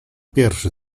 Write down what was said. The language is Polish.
pierwszy